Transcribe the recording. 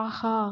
ஆஹா